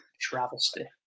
travesty